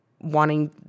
wanting